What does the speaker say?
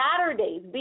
Saturdays